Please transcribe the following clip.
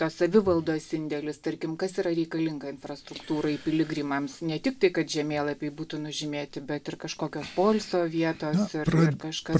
savivaldos indėlis tarkim kas yra reikalinga infrastruktūrai piligrimams ne tik tai kad žemėlapiai būtų nužymėti bet ir kažkokios poilsio vietos ar dar kažkas